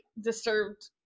disturbed